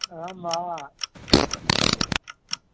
ஆமாம்